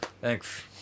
thanks